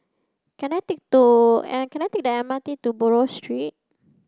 can I take and can I take the M R T to Buroh Street